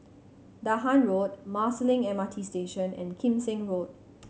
Dahan Road Marsiling M R T Station and Kim Seng Road